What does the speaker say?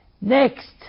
next